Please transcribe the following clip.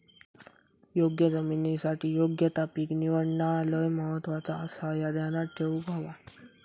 योग्य जमिनीसाठी योग्य ता पीक निवडणा लय महत्वाचा आसाह्या ध्यानात ठेवूक हव्या